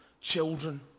children